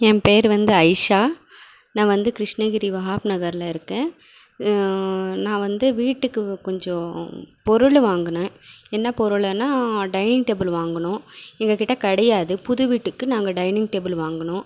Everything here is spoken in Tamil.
என் பேரு வந்து அயிஷா நான் வந்து கிருஷ்ணகிரி வஹாப் நகரில் இருக்கேன் நான் வந்து வீட்டுக்கு கொஞ்சம் பொருள் வாங்குனேன் என்ன பொருளுன்னால் டைனிங் டேபுள் வாங்கினோம் எங்கள் கிட்ட கிடையாது புது வீட்டுக்கு நாங்கள் டைனிங் டேபுளு வாங்கினோம்